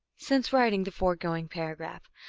since writing the foregoing paragraph,